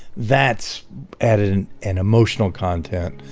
that's added an an emotional content.